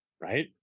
right